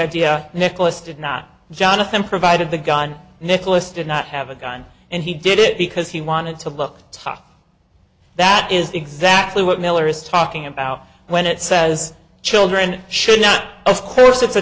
idea nicholas did not jonathan provided the gun nicholas did not have a gun and he did it because he wanted to look tough that is exactly what miller is talking about when it says children should not as close i